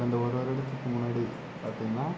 கடந்த ஒரு வருடத்துக்கு முன்னாடி பார்த்தீங்கன்னா